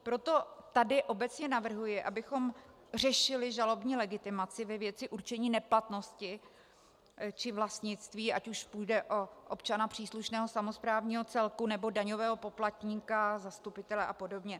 Proto tady obecně navrhuji, abychom řešili žalobní legitimaci ve věci určení neplatnosti či vlastnictví, ať už půjde o občana příslušného samosprávního celku, nebo daňového poplatníka, zastupitele apod.